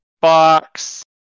box